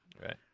Right